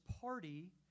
party